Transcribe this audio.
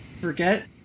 Forget